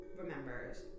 remembers